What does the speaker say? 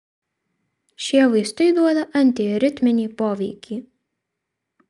šie vaistai duoda antiaritminį poveikį